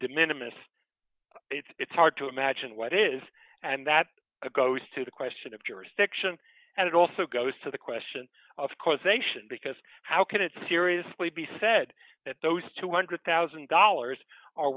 minimus it's hard to imagine what it is and that goes to the question of jurisdiction and it also goes to the question of causation because how can it seriously be said that those two hundred thousand dollars